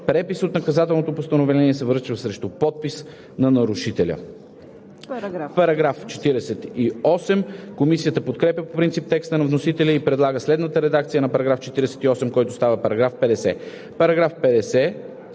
Препис от наказателното постановление се връчва срещу подпис на нарушителя.“ Комисията подкрепя по принцип текста на вносителя и предлага следната редакция на § 48, който става § 50: „§ 50.